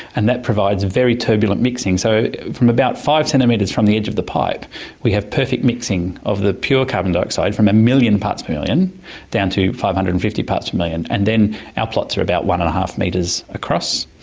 and that provides very turbulent mixing. so from about five centimetres from the edge of the pipe we have perfect mixing of the pure carbon dioxide from a million parts per million down to five hundred and fifty parts per million. and then our plots are about one and a half metres across,